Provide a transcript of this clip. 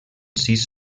sis